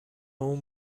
اون